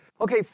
okay